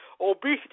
Obesity